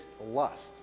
lust